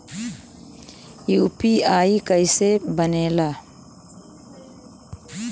UPI कईसे बनेला?